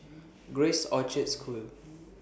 Grace Orchard School